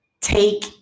take